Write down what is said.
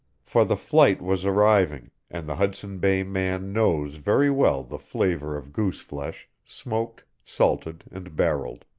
for the flight was arriving, and the hudson bay man knows very well the flavor of goose-flesh, smoked, salted, and barrelled.